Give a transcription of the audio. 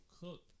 Cook